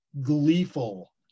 gleeful